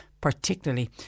particularly